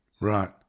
right